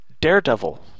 daredevil